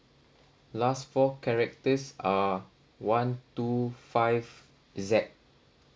last four characters are one two five Z